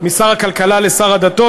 משר הכלכלה לשר הדתות,